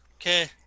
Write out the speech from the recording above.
Okay